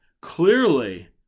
Clearly